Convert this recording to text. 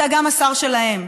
אתה גם השר שלהם.